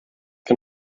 can